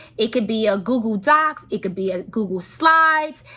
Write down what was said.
it could be a google docs, it could be a google slides,